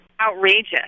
Outrageous